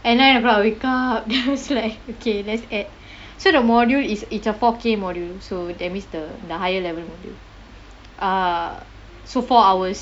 and nine o'clock I wake up then I was like okay let's add so the module is is a four K module so that means the the higher level module uh so four hours